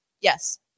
yes